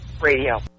radio